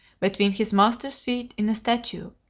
between his master's feet in a statue,